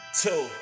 Two